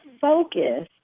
focus